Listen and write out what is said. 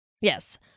yes